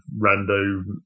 random